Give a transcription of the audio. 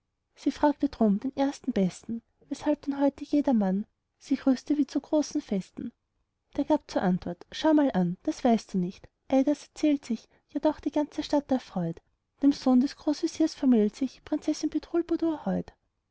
sie fragte drum den ersten besten weshalb denn heute jedermann sich rüste wie zu großen festen der gab zur antwort schau mal an das weißt du nicht ei das erzählt sich ja doch die ganze stadt erfreut dem sohn des großveziers vermählt sich prinzessin bedrulbudur heut